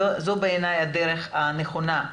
זו בעיניי הדרך הנכונה.